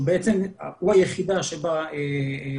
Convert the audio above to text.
שהוא בעצם היחידה שבה --- משה,